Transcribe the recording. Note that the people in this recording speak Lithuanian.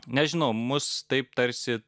nežinau mus taip tarsi